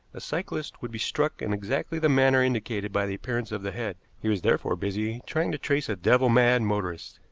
a cyclist would be struck in exactly the manner indicated by the appearance of the head. he was therefore busy trying to trace a devil-mad motorist.